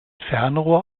fernrohr